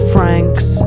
Franks